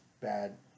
bad